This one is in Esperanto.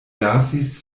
lasis